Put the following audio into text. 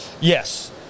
Yes